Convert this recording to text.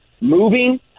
moving